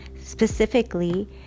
specifically